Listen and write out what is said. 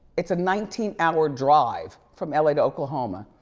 it's a nineteen hour drive from la to oklahoma.